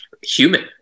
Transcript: human